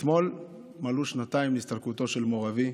אתמול מלאו שנתיים להסתלקותו של מו"ר אבי,